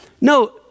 No